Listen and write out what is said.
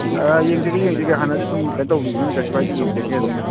ꯑꯥ ꯌꯦꯡꯖꯒꯦ ꯌꯦꯡꯖꯒꯦ ꯍꯥꯟꯅꯁꯨ ꯁꯨꯝ ꯀꯩꯅꯣ ꯇꯧꯒꯤꯕꯅꯤꯅ ꯀꯩꯁꯨ ꯀꯥꯏꯗꯦ ꯌꯦꯡꯖꯒꯦ ꯑꯗꯨꯝ